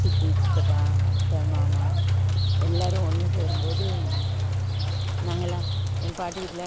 சித்தி சித்தப்பா அத்த மாமா எல்லாரும் ஒன்று சேரும்போது நாங்கெல்லாம் எங்கள் பாட்டி வீட்டில